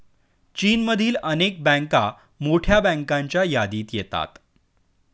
चीनमधील अनेक बँका मोठ्या बँकांच्या यादीत येतात